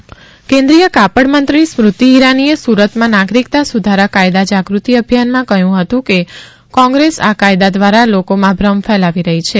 સ્મુતિ ઇરાની કેન્દ્રીય કાપડમંત્રી સ્મૃતિ ઇરાનીએ સુરતમાં નાગરિકતા સુધારા કાયદા જાગૃતિ અભિયાનમાં કહ્યું હતું કે કોંગ્રેસ આ કાયદા દ્વારા લોકોમાં ભ્રમ ફેલાવી રહી છે